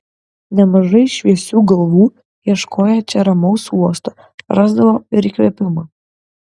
nemažai šviesių galvų ieškoję čia ramaus uosto rasdavo ir įkvėpimą